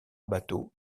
bateau